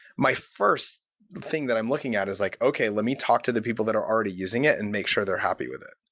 my first thing that i'm looking at is, like okay. let me talk to the people that are already using it and make sure they're happy with it,